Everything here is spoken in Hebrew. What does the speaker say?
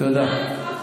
תודה.